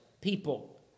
people